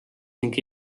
ning